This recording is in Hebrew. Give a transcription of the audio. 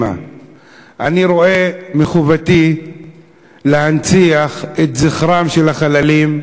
אני רואה מחובתי להנציח את זכרם של החללים,